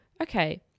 okay